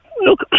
look